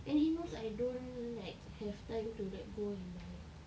and he knows I don't like have time to like go and buy